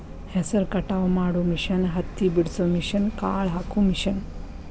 ಹೆಸರ ಕಟಾವ ಮಾಡು ಮಿಷನ್ ಹತ್ತಿ ಬಿಡಸು ಮಿಷನ್, ಕಾಳ ಹಾಕು ಮಿಷನ್